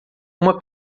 uma